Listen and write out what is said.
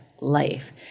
life